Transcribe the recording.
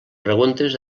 preguntes